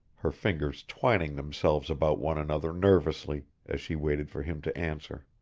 her fingers twining themselves about one another nervously, as she waited for him to answer.